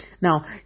Now